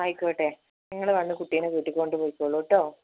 ആയിക്കോട്ടെ നിങ്ങൾ വന്ന് കുട്ടീനെ വീട്ടില് കൊണ്ടു പോയിക്കോളൂ കേട്ടോ